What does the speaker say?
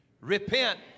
repent